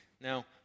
Now